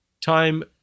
time